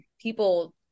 people